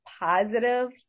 positive